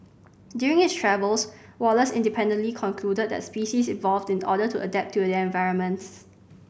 during his travels Wallace independently concluded that species evolve in order to adapt to their environments